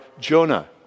Jonah